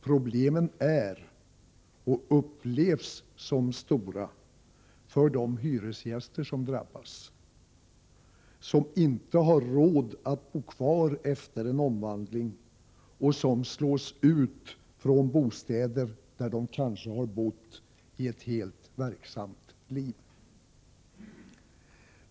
Problemen är och upplevs som stora för de hyresgäster som drabbas, de som inte har råd att bo kvar efter en omvandling och som slås ut ifrån bostäder där de kanske har bott i ett helt verksamt liv.